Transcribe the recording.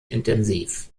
intensiv